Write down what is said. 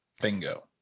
Bingo